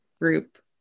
group